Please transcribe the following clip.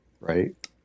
Right